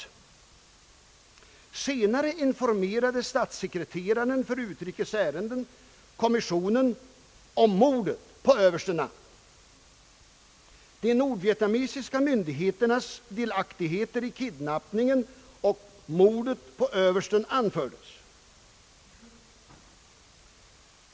Senare informerade statssekreteraren för utrikes ärenden kommissionen om mordet på överste Nam. De nordvietnamesiska myndigheternas delaktigheter i kidnappningen och mordet på översten anfördes.